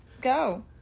go